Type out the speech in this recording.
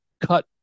cut